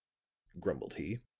grumbled he.